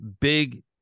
big